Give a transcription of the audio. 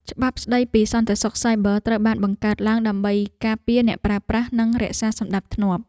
ច្បាប់ស្តីពីសន្តិសុខសាយប័រត្រូវបានបង្កើតឡើងដើម្បីការពារអ្នកប្រើប្រាស់និងរក្សាសណ្តាប់ធ្នាប់។